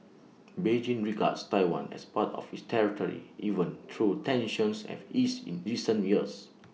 Beijing regards Taiwan as part of its territory even though tensions have eased in recent years